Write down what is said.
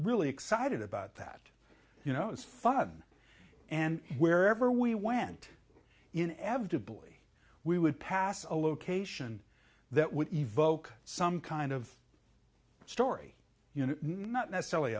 really excited about that you know it's fun and wherever we went in ever to bully we would pass a location that would evoke some kind of story you know not necessarily